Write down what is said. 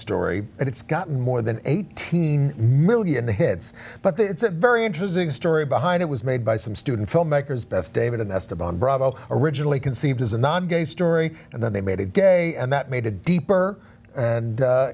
story and it's got more than eighteen million hits but the it's a very interesting story behind it was made by some student filmmakers beth david and esteban bravo originally conceived as a non gay story and then they made a day and that made a deeper and